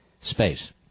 space